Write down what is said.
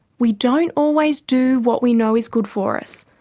we don't always do what we know is good for us,